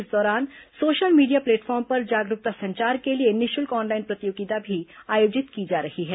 इस दौरान social media platform पर जागरूकता संचार के लिए निःशुल्क ऑनलाइन प्रतियोगिता भी आयोजित की जा रही है